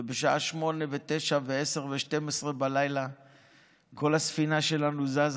ובשעה 20:00 ו-21:00 ו-22:00 ו-24:00 כל הספינה שלנו זזה